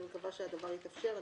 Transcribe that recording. אני מקווה שהדבר התאפשר.